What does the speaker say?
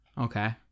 okay